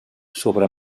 sobre